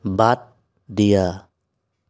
বাট দিয়া